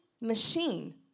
machine